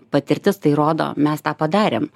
patirtis tai rodo mes tą padarėm